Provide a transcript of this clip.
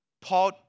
Paul